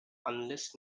unless